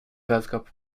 weltcup